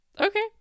Okay